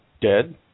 dead